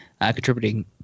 Contributing